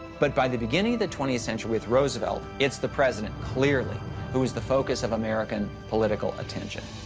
but by the beginning of the twentieth century with roosevelt, it's the president clearly who is the focus of american political attention.